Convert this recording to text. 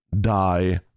die